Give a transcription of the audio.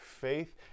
faith